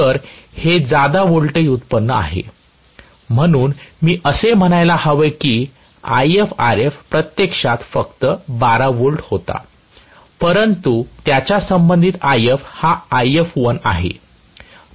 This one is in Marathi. तर हे जादा व्होल्टेज उपलब्ध आहे म्हणून मी असे म्हणायला हवे की IfRf प्रत्यक्षात फक्त 12 V होता परंतु याच्या संबंधित If हा If1 1 आहे